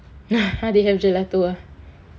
they have gelato ah